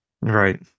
Right